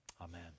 Amen